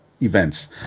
events